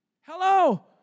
Hello